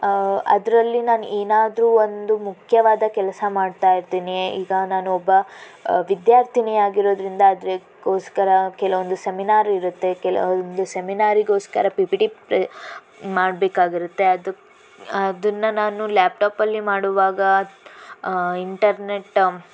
ಅದರಲ್ಲಿ ನಾನು ಏನಾದರೂ ಒಂದು ಮುಖ್ಯವಾದ ಕೆಲಸ ಮಾಡ್ತಾಯಿರ್ತೀನಿ ಈಗ ನಾನೊಬ್ಬ ವಿದ್ಯಾರ್ಥಿನಿ ಆಗಿರೋದ್ರಿಂದ ಅದಕ್ಕೋಸ್ಕರ ಕೆಲವೊಂದು ಸೆಮಿನಾರ್ ಇರುತ್ತೆ ಕೆಲವೊಂದು ಸೆಮಿನಾರಿಗೋಸ್ಕರ ಪಿ ಪಿ ಟಿ ಪ್ರೆ ಮಾಡಬೇಕಾಗಿರುತ್ತೆ ಅದಕ್ಕೆ ಅದನ್ನು ನಾನು ಲ್ಯಾಪ್ಟಾಪಲ್ಲಿ ಮಾಡುವಾಗ ಇಂಟರ್ನೆಟ್